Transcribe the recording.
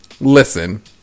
Listen